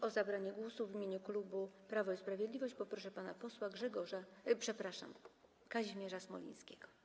O zabranie głosu w imieniu klubu Prawo i Sprawiedliwość poproszę pana posła Grzegorza... przepraszam, Kazimierza Smolińskiego.